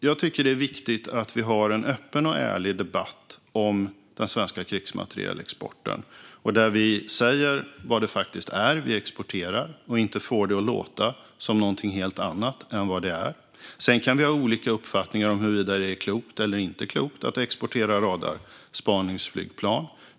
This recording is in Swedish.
Jag tycker att det är viktigt att vi har en öppen och ärlig debatt om den svenska krigsmaterielexporten där vi säger vad det faktiskt är som vi exporterar och inte får det att låta som någonting helt annat än vad det är. Sedan kan vi ha helt olika uppfattningar om huruvida det är klokt eller inte klokt att exportera radarspaningsflygplan.